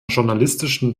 journalistischen